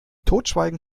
totschweigen